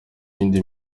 yindi